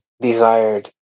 desired